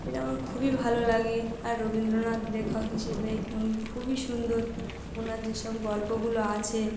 এটা আমার খুবই ভালো লাগে আর রবীন্দ্রনাথ লেখক হিসেবে উনি খুবই সুন্দর ওঁর যেসব গল্পগুলো আছে